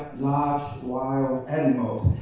large, wild animals.